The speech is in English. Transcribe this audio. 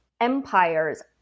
empires